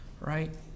right